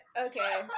okay